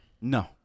No